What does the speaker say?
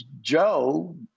Joe